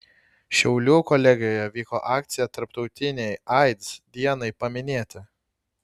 šiaulių kolegijoje vyko akcija tarptautinei aids dienai paminėti